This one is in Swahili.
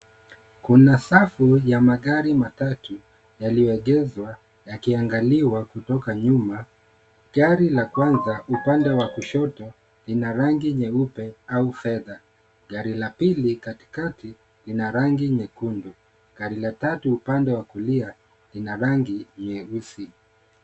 Kuna safu ya magari matatu yaliyoegezwa yakiangaliwa kutoka nyuma. Gari la kwanza upande wa kushoto ina rangi nyeupe au fedha. Gari la pili katikati lina rangi nyekundu. Gari la tatu upande wa kulia ina rangi nyeusi.